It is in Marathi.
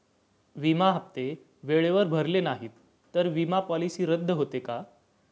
विमा हप्ते वेळेवर भरले नाहीत, तर विमा पॉलिसी रद्द होते का?